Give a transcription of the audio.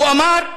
הוא אמר: